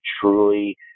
truly